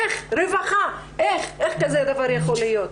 איך רווחה, איך כזה דבר יכול להיות?